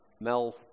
Mel